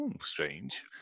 Strange